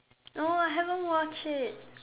no I haven't watch it